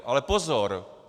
Ale pozor.